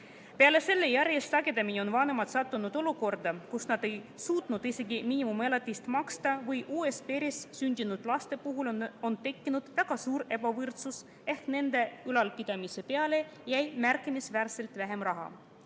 Peale selle, järjest sagedamini on vanemad sattunud olukorda, kus nad ei ole suutnud isegi miinimumelatist maksta või uues peres sündinud laste puhul on tekkinud väga suur ebavõrdsus ehk nende ülalpidamiseks jääb märkimisväärselt vähem raha.